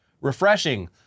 refreshing